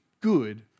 good